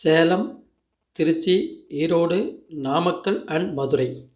Salem Trichy Erode Namakkal and Madurai